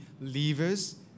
levers